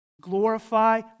glorify